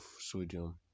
sodium